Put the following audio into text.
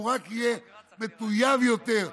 הוא רק יהיה מטויב יותר,